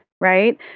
Right